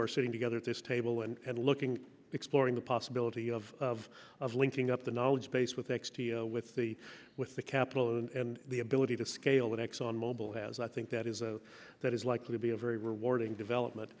are sitting together at this table and looking exploring the possibility of of linking up the knowledge base with x t with the with the capital and the ability to scale that exxon mobil has i think that is a that is likely to be a very rewarding development